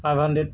five hundred